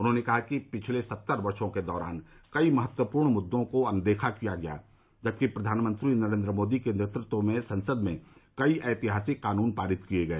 उन्होंने कहा कि पिछले सत्तर वर्षो के दौरान कई महत्वपूर्ण मुद्दों को अनदेखा किया गया जबकि प्रधानमंत्री नरेंद्र मोदी के नेतृत्व में संसद में कई ऐतिहासिक कानून पारित किए गए